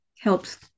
helps